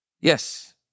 Yes